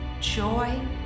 joy